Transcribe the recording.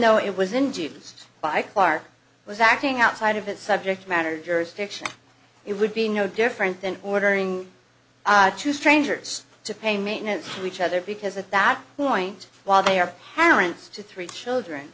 though it was induced by karr was acting outside of that subject matter jurisdiction it would be no different than ordering to strangers to pay maintenance each other because at that point while they are parents to three children